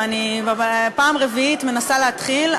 אני כבר פעם רביעית מנסה להתחיל,